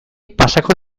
pasako